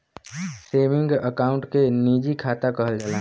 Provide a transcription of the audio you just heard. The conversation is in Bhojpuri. सेवींगे अकाउँट के निजी खाता कहल जाला